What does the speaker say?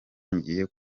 ngiye